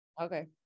okay